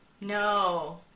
No